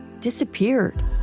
disappeared